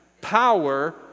power